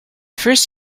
first